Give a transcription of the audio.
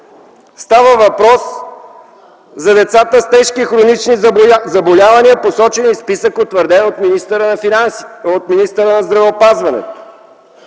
Става въпрос за децата с тежки хронични заболявания, посочени в списък, утвърден от министъра на здравеопазването.